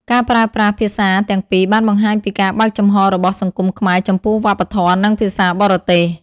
ការប្រើប្រាស់ភាសាទាំងពីរបានបង្ហាញពីការបើកចំហរបស់សង្គមខ្មែរចំពោះវប្បធម៌និងភាសាបរទេស។